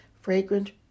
fragrant